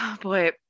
boy